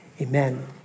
Amen